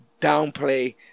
downplay